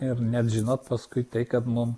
ir net žinot paskui tai kad mum